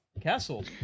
Castle